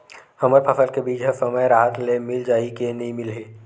हमर फसल के बीज ह समय राहत ले मिल जाही के नी मिलही?